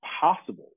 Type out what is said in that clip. possible